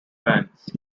bands